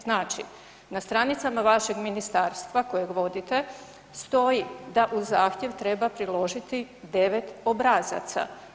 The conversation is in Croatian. Znači, na stranicama vašeg ministarstva kojeg vodite, stoji da uz zahtjev treba priložiti 9 obrazaca.